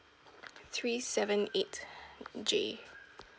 three seven eight J